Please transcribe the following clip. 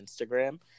Instagram